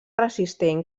resistent